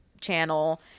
channel